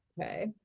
Okay